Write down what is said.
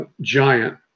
Giant